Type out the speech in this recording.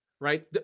Right